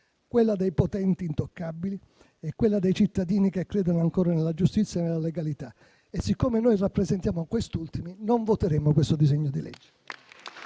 quella dei potenti intoccabili e quella dei cittadini che credono ancora nella giustizia e nella legalità. E siccome noi rappresentiamo questi ultimi, non voteremo questo disegno di legge.